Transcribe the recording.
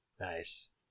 Nice